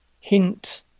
hint